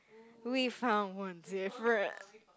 we found one difference